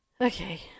Okay